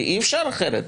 כי אי-אפשר אחרת.